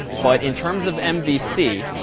but in terms of mvc,